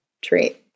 treat